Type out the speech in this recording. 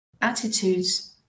attitudes